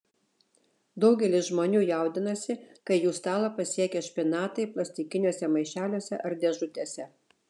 daugelis žmonių jaudinasi kai jų stalą pasiekia špinatai plastikiniuose maišeliuose ar dėžutėse